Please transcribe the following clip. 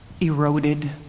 eroded